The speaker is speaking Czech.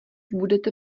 budete